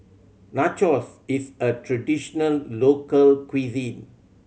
nachos is a traditional local cuisine